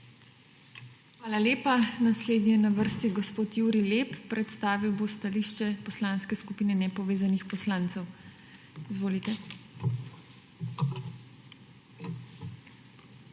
Hvala lepa. Naslednji je na vrsti gospod Jurij Lep, predstavil bo stališče Poslanske skupine nepovezanih poslancev. Izvolite.